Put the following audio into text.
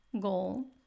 goal